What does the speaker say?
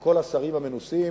וכל השרים המנוסים,